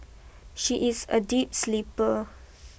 she is a deep sleeper